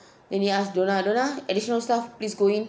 then he ask donna donna additional staff please go in